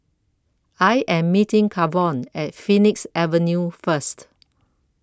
I Am meeting Kavon At Phoenix Avenue First